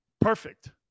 Perfect